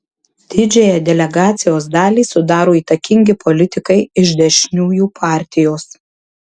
didžiąją delegacijos dalį sudaro įtakingi politikai iš dešiniųjų partijos